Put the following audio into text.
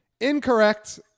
Incorrect